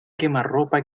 quemarropa